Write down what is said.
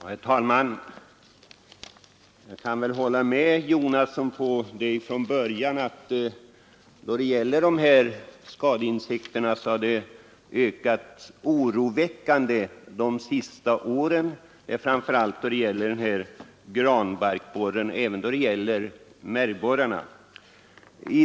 Herr talman! Jag kan redan från början hålla med herr Jonasson om att angreppen av skadeinsekter har ökat oroväckande under de senaste åren. Framför allt gäller det granbarkborren men även märgborren.